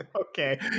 okay